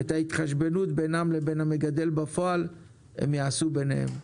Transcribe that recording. ואת ההתחשבנות בינם לבין המגדל בפועל הם יעשו ביניהם,